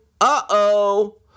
Uh-oh